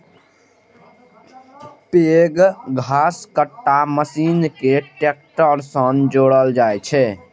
पैघ घसकट्टा मशीन कें ट्रैक्टर सं जोड़ल जाइ छै